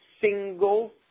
single